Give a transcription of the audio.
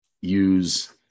use